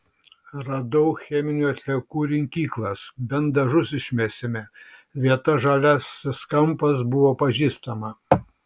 radau cheminių atliekų rinkyklas bent dažus išmesime vieta žaliasis kampas buvo pažįstama